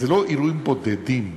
זה לא אירועים בודדים,